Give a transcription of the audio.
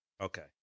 Okay